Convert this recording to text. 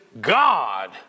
God